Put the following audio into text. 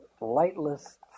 lightless